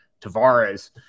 Tavares –